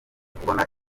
kubona